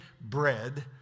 bread